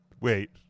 Wait